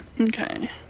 Okay